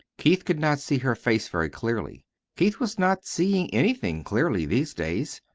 keith could not see her face very clearly keith was not seeing anything clearly these days.